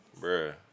Bro